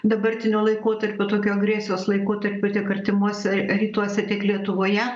dabartinio laikotarpio tokiu agresijos laikotarpiu tiek artimuose rytuose tiek lietuvoje